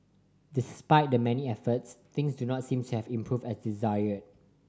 despite the many efforts things do not seem to have improved as desired